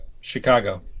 Chicago